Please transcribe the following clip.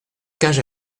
cage